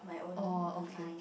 oh okay